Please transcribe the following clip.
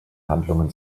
handlungen